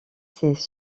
ses